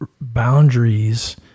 boundaries